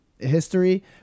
History